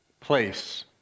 Place